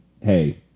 hey